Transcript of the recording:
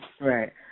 right